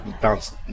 bounce